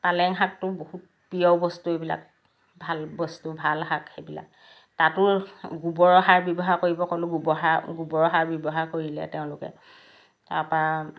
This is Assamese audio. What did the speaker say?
পালেং শাকটো বহুত প্ৰিয় বস্তু এইবিলাক ভাল বস্তু ভাল শাক এইবিলাক তাতো গোবৰৰ সাৰ ব্যৱহাৰ কৰিব ক'লোঁ ব্যৱহাৰ গোবৰ সাৰ ব্যৱহাৰ কৰিলে তেওঁলোকে তাপা